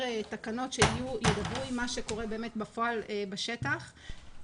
תקנות שידברו עם מה שקורה בפועל בשטח.